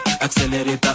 Accelerate